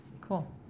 Cool